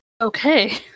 Okay